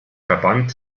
verband